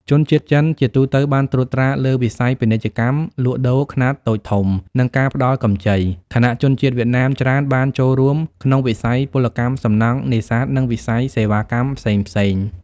ជនជាតិចិនជាទូទៅបានត្រួតត្រាលើវិស័យពាណិជ្ជកម្មលក់ដូរខ្នាតតូចធំ និងការផ្តល់កម្ចី ខណៈជនជាតិវៀតណាមច្រើនបានចូលរួមក្នុងវិស័យពលកម្មសំណង់ នេសាទ និងវិស័យសេវាកម្មផ្សេងៗ។